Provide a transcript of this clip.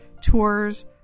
tours